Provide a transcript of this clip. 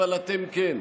אבל אתם כן.